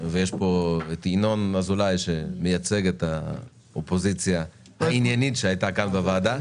ונמצא פה ינון אזולאי שמייצג את האופוזיציה העניינית שהייתה כאן בוועדה.